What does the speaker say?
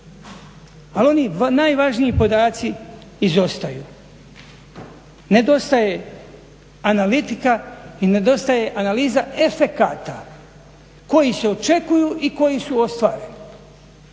Ali oni najvažniji podaci izostaju, nedostaje analitika i nedostaje analiza efekata koji se očekuju i koji su ostvareni.